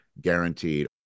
guaranteed